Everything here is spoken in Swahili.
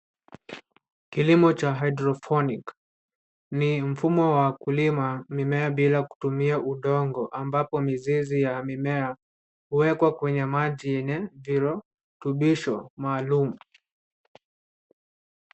Kilimo cha hydroponic ni mfumo wa kulima mimea bila kutumia udongo ambapo mizizi ya mimea huwekwa kwenye maji yenye virutubisho maalum.